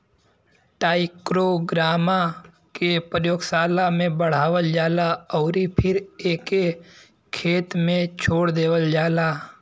trichogramma के प्रयोगशाला में बढ़ावल जाला अउरी फिर एके खेत में छोड़ देहल जाला